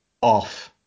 off